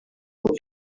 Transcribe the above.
uko